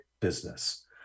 business